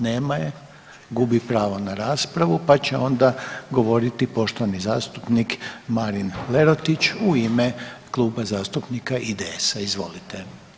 Nema je, gubi pravo na raspravu, pa će onda govoriti poštovani zastupnik Marin Lerotić u ime Kluba zastupnika IDS-a, izvolite.